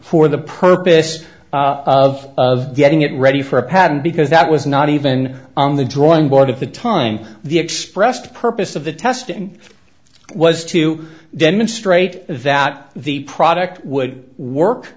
for the purpose of getting it ready for a patent because that was not even on the drawing board at the time the expressed purpose of the test it was to demonstrate that the product would work